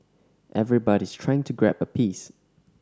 everybody's trying to grab a piece